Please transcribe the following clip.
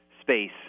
space